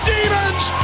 Demons